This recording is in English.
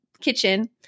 kitchen